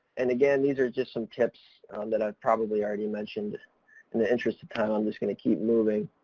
and again these are just some tips that i've probably already mentioned in the interest of time i'm just gonna keep moving.